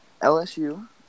LSU